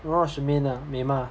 orh shermaine ah 美吗